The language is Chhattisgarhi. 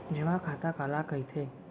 जेमा खाता काला कहिथे?